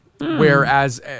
Whereas